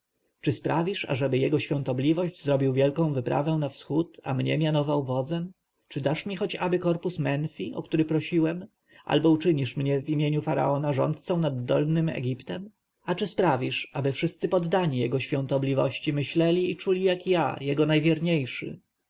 czy sprawisz aby jego świątobliwość zrobił wielką wyprawę na wschód a mnie mianował wodzem czy dasz mi choć aby korpus menfi o który prosiłem albo uczynisz mnie w imieniu faraona rządcą nad dolnym egiptem a czy sprawisz aby wszyscy poddani jego świątobliwości myśleli i czuli jak ja jego najwierniejszy